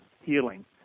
healing